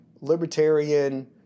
libertarian